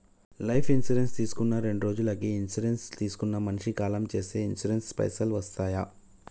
Life insurance తీసుకున్న రెండ్రోజులకి insurance తీసుకున్న మనిషి కాలం చేస్తే ఇన్సూరెన్స్ పైసల్ వస్తయా?